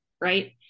right